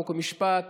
חוק ומשפט